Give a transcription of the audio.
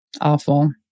awful